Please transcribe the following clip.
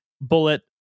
bullet